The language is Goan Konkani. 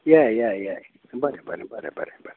येया येया येया बरें बरें बरें बरें बरें